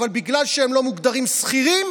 אבל בגלל שהם לא מוגדרים שכירים